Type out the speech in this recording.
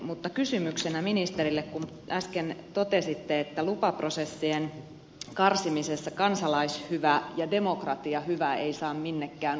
mutta kysymyksenä ministerille kun äsken totesitte että lupaprosessien karsimisessa kansalaishyvä ja demokratiahyvä ei saa minnekään unohtua